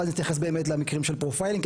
ואז נתייחס באמת למקרים של פרופיילינג,